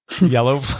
yellow